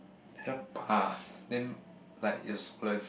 then pah then like is swollen